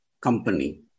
company